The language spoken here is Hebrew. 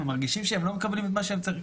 הם מרגישים שהם לא מקבלים את מה שהם צריכים.